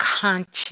conscious